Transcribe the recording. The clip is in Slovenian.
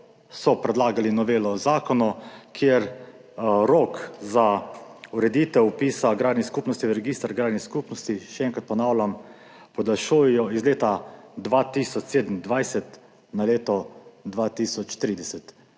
so predlagali novelo zakona, kjer rok za ureditev vpisa agrarnih skupnosti v register agrarnih skupnosti, še enkrat ponavljam, podaljšujejo z leta 2027 na leto 2030.